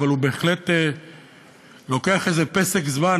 אבל הוא בהחלט לוקח איזה פסק זמן,